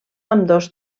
ambdós